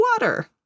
water